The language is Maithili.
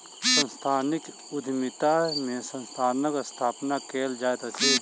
सांस्थानिक उद्यमिता में संस्थानक स्थापना कयल जाइत अछि